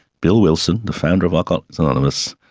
bill wilson, the founder of alcoholics anonymous,